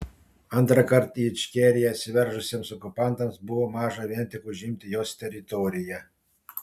antrąkart į ičkeriją įsiveržusiems okupantams buvo maža vien tik užimti jos teritoriją